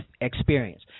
experience